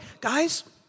guys